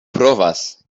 provas